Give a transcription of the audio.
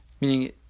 meaning